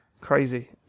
Crazy